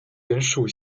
莲属